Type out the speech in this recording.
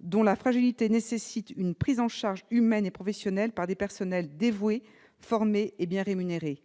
dont la fragilité nécessite une prise en charge humaine et professionnelle par un personnel dévoué, formé et bien rémunéré.